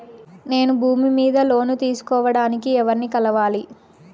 నేను భూమి మీద లోను తీసుకోడానికి ఎవర్ని కలవాలి?